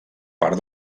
part